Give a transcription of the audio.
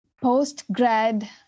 post-grad